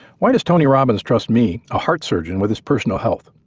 why does tony robbins trust me, a heart surgeon, with his personal health?